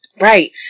right